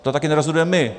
To taky nerozhodujeme my.